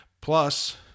Plus